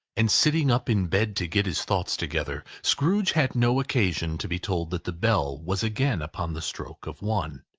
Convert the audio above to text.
and sitting up in bed to get his thoughts together, scrooge had no occasion to be told that the bell was again upon the stroke of one.